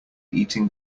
eating